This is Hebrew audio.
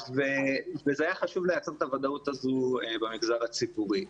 זה היה חשוב לייצר את הוודאות הזאת במגזר הציבורי.